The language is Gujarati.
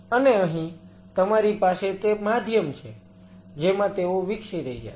અને અહીં તમારી પાસે તે માધ્યમ છે જેમાં તેઓ વિકસી રહ્યા છે